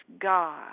God